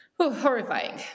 horrifying